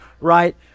right